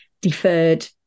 deferred